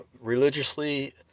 religiously